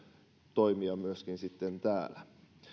toimia myöskin sitten täällä